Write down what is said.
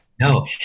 No